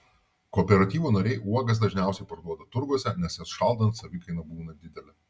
kooperatyvo nariai uogas dažniausiai parduoda turguose nes jas šaldant savikaina būna didelė